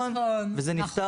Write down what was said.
נגיד,